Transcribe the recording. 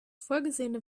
vorgesehene